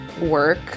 work